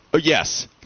yes